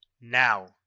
now